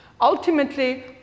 Ultimately